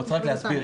אני רוצה להסביר,